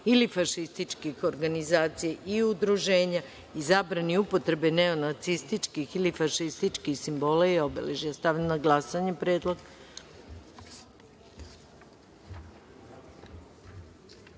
ili fašističkih organizacija i udruženja i zabrani upotrebe neonacističkih ili fašističkih simbola i obeležja. Stavljam na glasanje ovaj